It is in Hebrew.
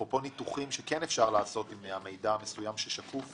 אפרופו ניתוחים שאפשר לעשות עם המידע המסוים ששקוף